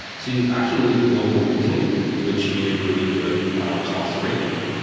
so actually need global reasoning to achieve really good response to rate limiting.